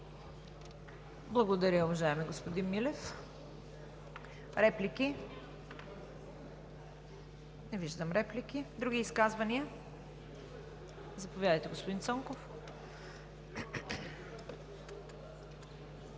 Благодаря, уважаеми господин Милев. Реплики? Не виждам. Други изказвания? Заповядайте, господин Цонков.